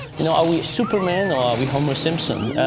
you know are we superman, or are we homer simpson?